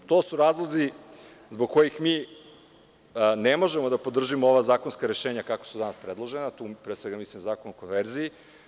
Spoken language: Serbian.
To su razlozi zbog kojih mi ne možemo da podržimo ova zakonska rešenja kako su danas predložene, tu pre svega mislim na zakon o konverziji.